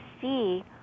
see